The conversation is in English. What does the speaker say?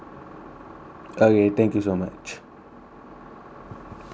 okay thank you so much bye